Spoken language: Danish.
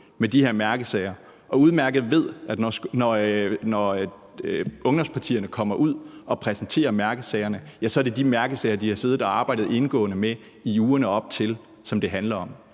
med de her mærkesager og udmærket ved, at når ungdomspartierne kommer ud og præsenterer mærkesagerne, er det de mærkesager, de har siddet og arbejdet indgående med i ugerne op til skolevalget, som det handler om.